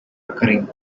occurring